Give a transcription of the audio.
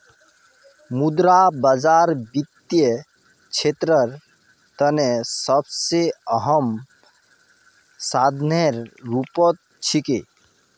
मुद्रा बाजार वित्तीय क्षेत्रेर तने सबसे अहम साधनेर रूपत छिके